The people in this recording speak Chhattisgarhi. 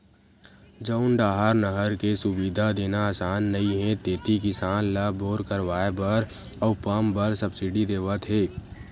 जउन डाहर नहर के सुबिधा देना असान नइ हे तेती किसान ल बोर करवाए बर अउ पंप बर सब्सिडी देवत हे